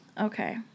Okay